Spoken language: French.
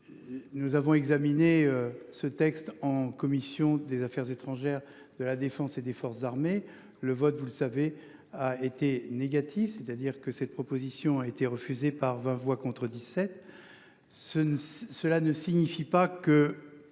Nous avons examiné ce texte en commission des affaires étrangères de la Défense et des forces armées le vote vous le savez a été négatif, c'est-à-dire que cette proposition a été refusée par 20 voix contre 17. Ce ne. Cela ne signifie pas que